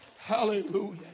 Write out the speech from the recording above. Hallelujah